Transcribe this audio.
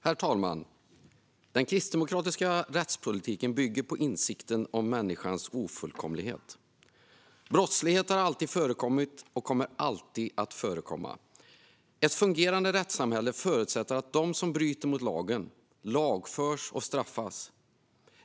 Herr talman! Den kristdemokratiska rättspolitiken bygger på insikten om människans ofullkomlighet. Brottslighet har alltid förekommit och kommer alltid att förekomma. Ett fungerande rättssamhälle förutsätter att de som bryter mot lagen lagförs och straffas.